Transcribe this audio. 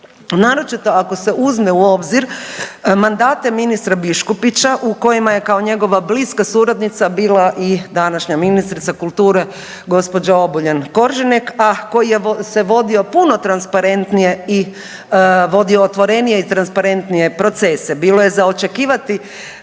naročito ako se uzme u obzir mandate ministra Biškupića u kojima je kao njegova bliska suradnica bila i današnja ministrica kulture gospođa Obuljen Koržinek, a koji se vodio puno transparentnije i vodio otvorenije i transparentnije procese. Bilo je za očekivati